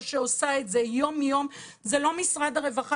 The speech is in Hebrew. שעושה את זה יום יום זה לא משרד הרווחה